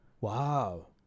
Wow